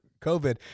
COVID